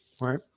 right